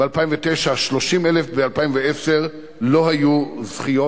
ב-2009, 30,000 ש"ח, וב-2010 לא היו זכיות.